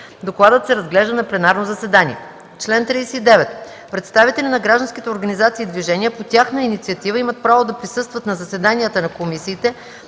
Докладът се разглежда на пленарно заседание.